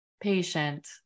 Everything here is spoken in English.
patient